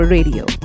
Radio